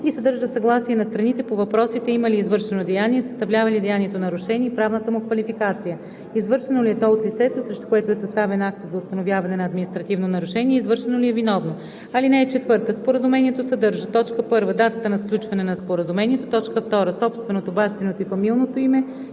и съдържа съгласие на страните по въпросите има ли извършено деяние, съставлява ли деянието нарушение и правната му квалификация, извършено ли е то от лицето, срещу което е съставен актът за установяване на административно нарушение, и извършено ли е виновно. (4) Споразумението съдържа: 1. датата на сключване на споразумението; 2. собственото, бащиното и фамилното име